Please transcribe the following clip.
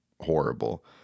horrible